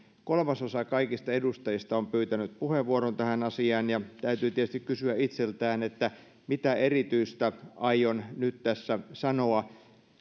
kolmasosa kaikista edustajista on pyytänyt puheenvuoron tähän asiaan ja täytyy tietysti kysyä itseltään että mitä erityistä aion nyt tässä sanoa